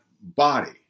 body